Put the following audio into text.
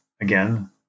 again